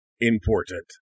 important